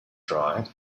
dry